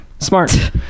smart